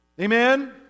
Amen